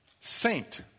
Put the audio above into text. saint